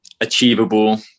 achievable